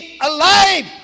alive